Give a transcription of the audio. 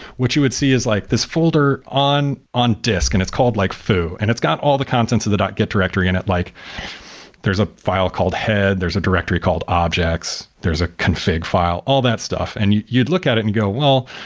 what you would see is like this folder on on disk and it's called like foo, and it's got all the contents of the git directory in it, like there's a file called head, there's a directory called objects, there's a config file, all that stuff. and you'd look at it and go, well,